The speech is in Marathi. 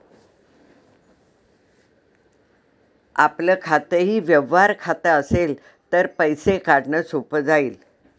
आपलं खातंही व्यवहार खातं असेल तर पैसे काढणं सोपं जाईल